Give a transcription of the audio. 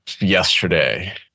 yesterday